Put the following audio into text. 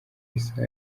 isaha